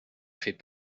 fait